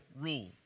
rule